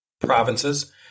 provinces